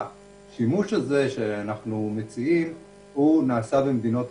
השימוש הזה שאנחנו מציעים נעשה במדינות אחרות,